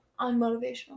Unmotivational